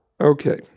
Okay